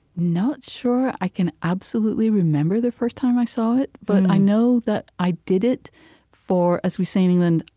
not sure i can absolutely remember the first time i saw it, but i know that i did it for as we say in england,